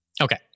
Okay